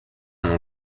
non